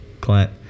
Clint